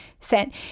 sent